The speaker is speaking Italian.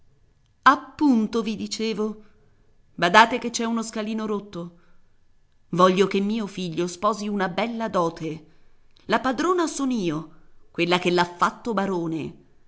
appunto vi dicevo badate che c'è uno scalino rotto voglio che mio figlio sposi una bella dote la padrona son io quella che l'ha fatto barone